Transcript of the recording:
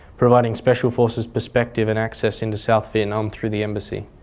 providing special forces perspective and access into south vietnam through the embassy.